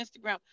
Instagram